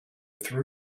threw